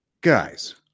guys